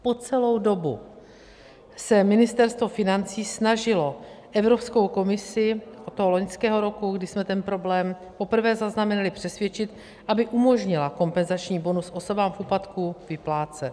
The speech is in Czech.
Po celou dobu se Ministerstvo financí snažilo Evropskou komisi od loňského roku, kdy jsme ten problém poprvé zaznamenali, přesvědčit, aby umožnila kompenzační bonus osobám v úpadku vyplácet.